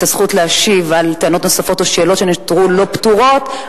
הזכות להשיב על טענות נוספות או שאלות שנותרו לא פתורות,